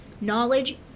knowledge